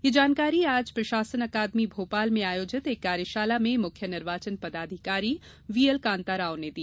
यह जानकारी आज प्रशासन अकादमी भोपाल में आयोजित एक कार्यशाला में मुख्य निर्वाचन पदाधिकारी वीएलकाताराव ने दी